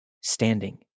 standing